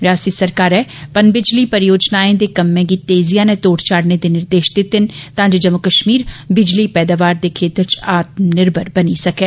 रिआसती सरकारै पनबिजली परियोजनाएं दे कम्मै गी तेजिआ'नै तोढ़ चाढ़ने दे निर्देश दिते न तांजे जम्मू कश्मीर बिजली पैदावार दे क्षेत्र च आत्म निर्भर बनी सकै